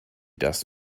das